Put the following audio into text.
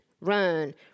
run